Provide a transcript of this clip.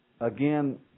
again